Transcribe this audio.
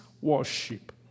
worship